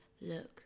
look